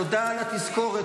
תודה על תזכורת.